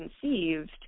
conceived